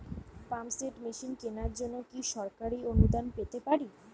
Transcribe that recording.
Pump set machine কেনার জন্য কি সরকারি অনুদান পেতে পারি?